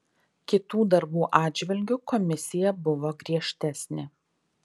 kitų darbų atžvilgiu komisija buvo griežtesnė